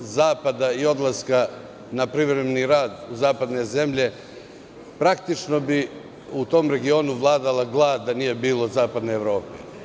zapada i odlaska na privremeni rad u zapadne zemlje, praktično bi u tom regionu vladala glad da nije bilo zapadne Evrope.